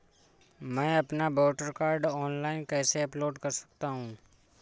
मैं अपना voter card online कैसे अपलोड कर सकता हूँ?